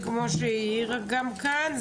כמו שהעירו גם כאן,